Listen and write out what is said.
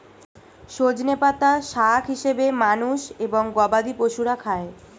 সজনে পাতা শাক হিসেবে মানুষ এবং গবাদি পশুরা খায়